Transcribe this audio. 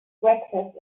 breakfast